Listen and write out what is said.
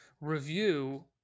review